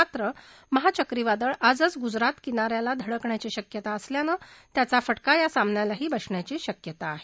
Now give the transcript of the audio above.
मात्र महाचक्रीवादळ आजच गुजरात किना याला धडकण्याची शक्यता असल्यानं त्याचा फटका या सामन्यालाही बसण्याची शक्यता आहे